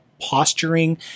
posturing